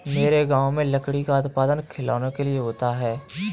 मेरे गांव में लकड़ी का उत्पादन खिलौनों के लिए होता है